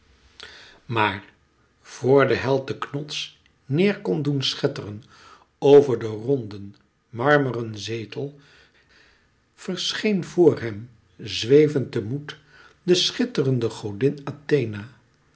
maar vor de held den knots neêr kon doen schetteren over den ronden marmeren zetel verscheen voor hem zwevend te moet de schitterende godin athena